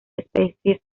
especies